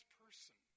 person